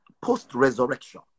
post-resurrection